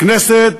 הכנסת,